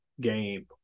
game